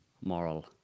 moral